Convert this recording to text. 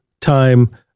time